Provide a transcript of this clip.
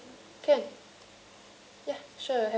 uh okay can